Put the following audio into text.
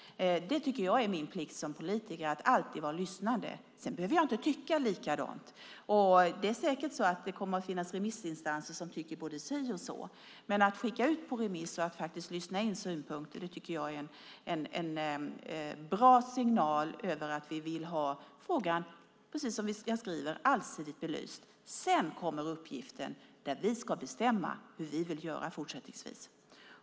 Jag tycker att det är min plikt som politiker att alltid vara lyssnande. Sedan behöver jag inte tycka likadant. Säkert kommer det att finnas remissinstanser som tycker både si och så, men att sända ut förslag på remiss och lyssna på synpunkter är en bra signal på att vi vill ha frågan allsidigt belyst. Sedan kommer uppgiften för oss att bestämma hur vi vill göra fortsättningsvis.